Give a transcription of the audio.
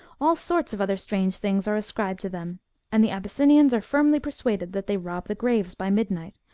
all sorts of other strange things are ascribed to them and the abyssinians are firmly persuaded that they rob the graves by midnight,